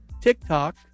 TikTok